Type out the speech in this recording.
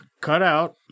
cutout